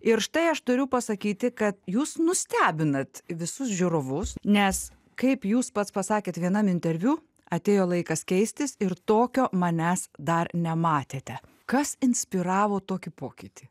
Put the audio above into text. ir štai aš turiu pasakyti kad jūs nustebinat visus žiūrovus nes kaip jūs pats pasakėt vienam interviu atėjo laikas keistis ir tokio manęs dar nematėte kas inspiravo tokį pokytį